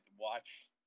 Watch